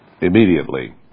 immediately